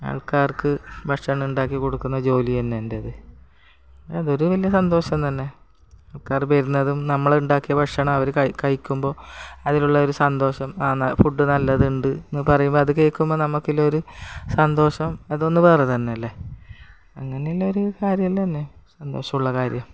ആൾക്കാർക്ക് ഭക്ഷണം ഉണ്ടാക്കിക്കൊടുക്കുന്ന ജോലി തന്നെ എൻറ്റേത് അതൊരു വലിയ സന്തോഷം തന്നെ ആൾക്കാർ വരുന്നതും നമ്മളുണ്ടാക്കിയ ഭക്ഷണം അവർ കഴി കഴിക്കുമ്പോൾ അതിലുള്ളൊരു സന്തോഷം ആന്ന ഫുഡ് നല്ലതുണ്ട് എന്നു പറയുമ്പോൾ അതു കേൾക്കുമ്പോൾ നമുക്കുള്ളൊരു സന്തോഷം അതൊന്നു വേറെ തന്നെയല്ലേ അങ്ങിനില്ലൊരു കാര്യം തന്നെ സന്തോഷമുള്ള കാര്യം